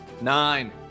Nine